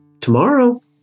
tomorrow